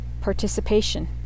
Participation